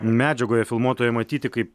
medžiagoje filmuotoje matyti kaip